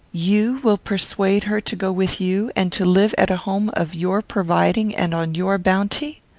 you will persuade her to go with you, and to live at a home of your providing and on your bounty?